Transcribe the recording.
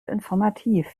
informativ